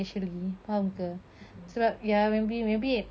mmhmm mmhmm